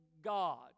God